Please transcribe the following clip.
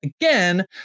again